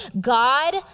God